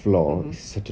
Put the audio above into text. mmhmm